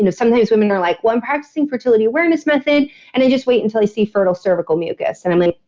you know sometimes women are like, well, i'm practicing fertility awareness method and i just wait until i see fertile cervical mucus. and i'm like,